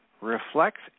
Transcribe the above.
reflects